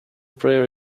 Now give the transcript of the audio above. prayer